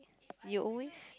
you always